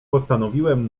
postanowiłem